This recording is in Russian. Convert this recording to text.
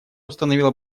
установила